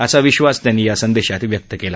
असा विश्वास त्यांनी यावेळी व्यक्त केला